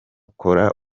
kora